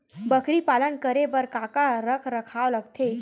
बकरी पालन करे बर काका रख रखाव लगथे?